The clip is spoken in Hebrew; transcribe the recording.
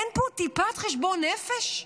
אין פה טיפת חשבון נפש?